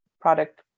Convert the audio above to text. product